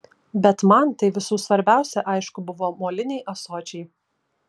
bet man tai visų svarbiausia aišku buvo moliniai ąsočiai